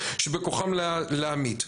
שבכוחם להמית...".